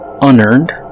unearned